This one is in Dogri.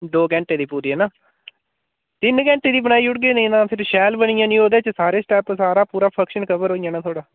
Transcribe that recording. दो घैंटे दी पूरी हैना तिन घैंटे दी बनाई ओड़गे नी तां फिर शैल बनी जानी ओह्दे च सारे स्टैप सारा पूरा फंक्शन कवर होई जाना थोआढ़ा